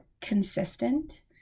consistent